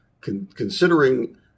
considering